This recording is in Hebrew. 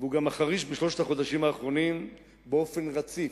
והוא גם מחריש בשלושת החודשים האחרונים באופן רציף.